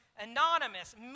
anonymous